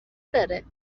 داره